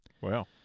Wow